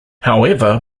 however